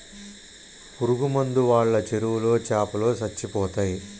పురుగు మందు వాళ్ళ చెరువులో చాపలో సచ్చిపోతయ్